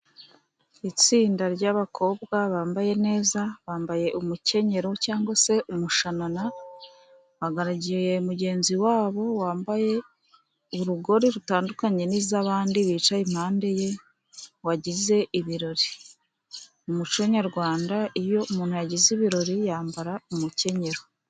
Itsinda ry’abakobwa bambaye neza, bambaye umukenyero cyangwa se umushanana, bagaragiye mugenzi wabo wambaye urugori rutandukanye n’iz’abandi bicaye impande ye, wagize ibirori. Mu muco nyarwanda, iyo umuntu yagize ibirori, yambara umukenyero.